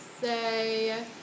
say